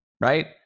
right